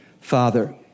Father